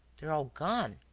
they're all gone.